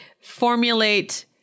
formulate